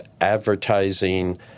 advertising